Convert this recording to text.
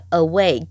away